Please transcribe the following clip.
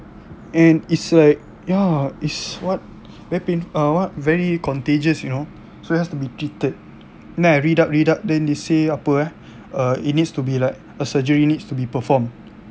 and it's like ya is what very pai~ what very contagious you know so it has to be treated then I read up read up then they say apa eh uh it needs to be like a surgery needs to be performed